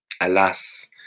Alas